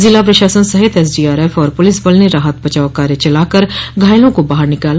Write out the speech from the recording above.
जिला प्रशासन सहित एसडीआरएफ और पुलिस बल ने राहत बचाव कार्य चलाकर घायलों को बाहर निकाला